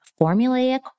formulaic